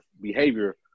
behavior